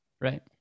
Right